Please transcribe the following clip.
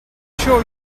sure